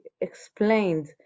explained